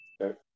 okay